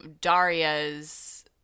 Daria's